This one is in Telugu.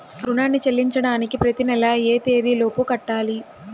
రుణాన్ని చెల్లించడానికి ప్రతి నెల ఏ తేదీ లోపు కట్టాలి?